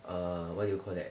err what do you call that